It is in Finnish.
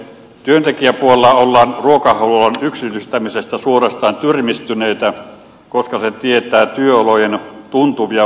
työntekijäpuolella ollaan ruokahuollon yksityistämisestä suorastaan tyrmistyneitä koska se tietää työolojen tuntuvia huononnuksia